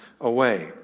away